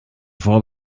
vor